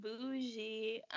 bougie